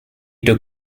took